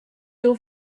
your